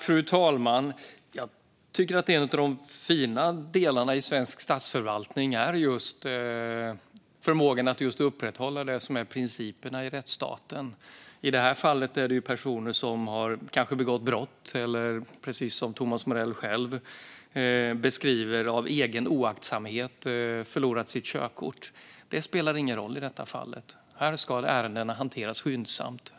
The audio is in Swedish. Fru talman! Jag tycker att en av de fina delarna i svensk statsförvaltning är just förmågan att upprätthålla det som är principerna i rättsstaten. I det här fallet är det personer som kanske har begått brott eller, precis som Thomas Morell själv beskriver, av egen oaktsamhet förlorat sitt körkort. Det spelar ingen roll. Här ska ärendena hanteras skyndsamt.